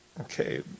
Okay